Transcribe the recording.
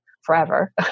forever